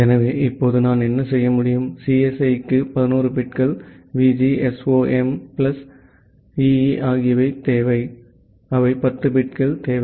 எனவே இப்போது நான் என்ன செய்ய முடியும் சிஎஸ்இக்கு 11 பிட்கள் விஜிஎஸ்ஓஎம் பிளஸ் இஇ ஆகியவை தேவை அவை 10 பிட்கள் தேவை